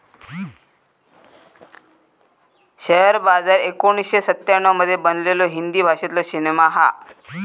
share बाजार एकोणीसशे सत्त्याण्णव मध्ये बनलेलो हिंदी भाषेतलो सिनेमा हा